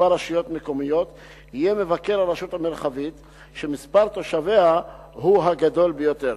רשויות מקומיות יהיה מבקר הרשות המרחבית שמספר תושביה הוא הגדול ביותר.